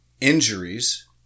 Injuries